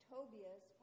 Tobias